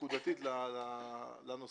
נקודתית לנושא.